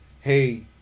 hey